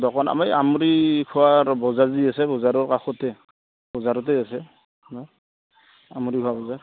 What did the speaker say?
দোকান আমাৰ আমৃখোৱাৰ বজাৰ যি আছে বজাৰৰ কাষতে বজাৰতে আছে আপোনাৰ আমৃখোৱা বজাৰ